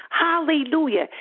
Hallelujah